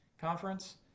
Conference